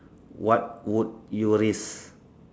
what would you risk